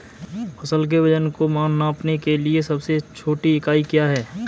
फसल के वजन को नापने के लिए सबसे छोटी इकाई क्या है?